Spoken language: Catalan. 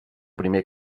primer